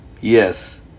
Yes